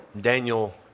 Daniel